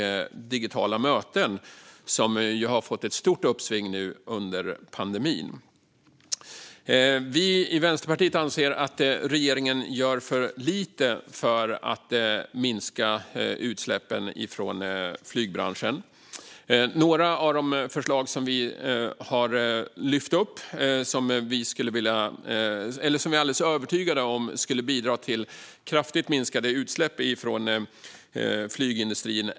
Digitala möten har också fått ett stort uppsving nu under pandemin. Vi i Vänsterpartiet anser att regeringen gör för lite för att minska utsläppen från flygbranschen. Jag vill nämna några av de förslag som vi har fört fram och som vi är alldeles övertygade om skulle bidra till kraftigt minskade utsläpp från flygindustrin.